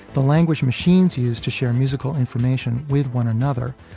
the language machines used to share musical information with one another,